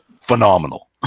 phenomenal